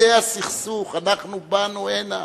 זה הסכסוך, אנחנו באנו הנה.